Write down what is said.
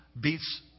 beats